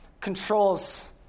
controls